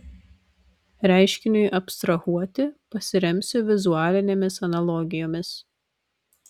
reiškiniui abstrahuoti pasiremsiu vizualinėmis analogijomis